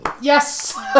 yes